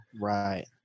right